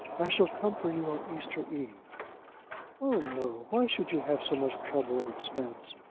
i shall come for you on easter-eve. oh, no why should you have so much trouble and expense?